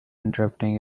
interrupting